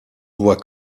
voit